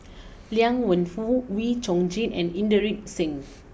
Liang Wenfu Wee Chong Jin and Inderjit Singh